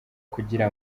kugira